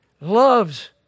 loves